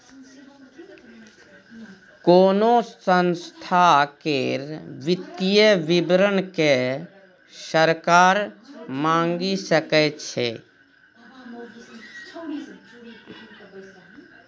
कोनो संस्था केर वित्तीय विवरण केँ सरकार मांगि सकै छै